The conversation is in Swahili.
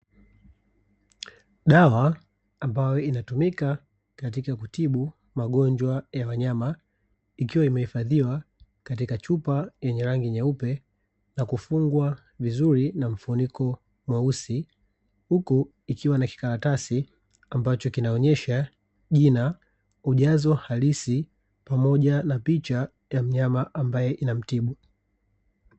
Dawa inayotumika katika kutibu magonjwa ya wanyama ikiwa imehifadhiwa katika chupa yenye rangi nyeupe na kufungwa vizuri na mfuniko mweusi huku ikiwa na kikaratasi ambacho kinaonesha Jina na ujazo halisi pamoja na picha ya mnyama ambaye inamtibu.